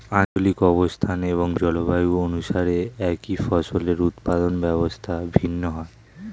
আঞ্চলিক অবস্থান এবং জলবায়ু অনুসারে একই ফসলের উৎপাদন ব্যবস্থা ভিন্ন হয়